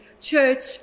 church